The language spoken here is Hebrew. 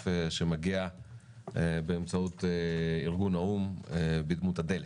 שמגיע באמצעות ארגון האו"ם בדמות הדלק,